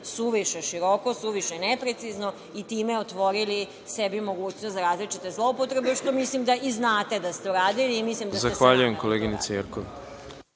suviše široko, suviše neprecizno i time otvorili sebi mogućnost za različite zloupotrebe, što mislim da i znate da ste radili. **Đorđe Milićević**